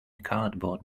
cardboard